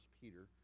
Peter